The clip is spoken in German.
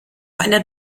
einer